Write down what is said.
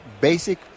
basic